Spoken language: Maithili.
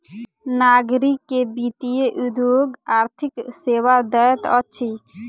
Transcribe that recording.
नागरिक के वित्तीय उद्योग आर्थिक सेवा दैत अछि